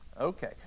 Okay